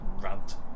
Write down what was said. rant